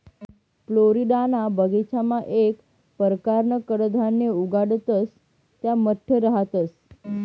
फ्लोरिडाना बगीचामा येक परकारनं कडधान्य उगाडतंस त्या मठ रहातंस